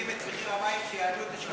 שאתם מורידים את מחיר המים שיעלו את השימוש